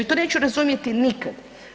To neću razumjeti nikad.